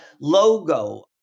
logo